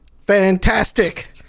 Fantastic